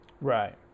Right